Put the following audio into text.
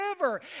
River